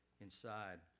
inside